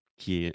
que